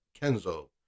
Kenzo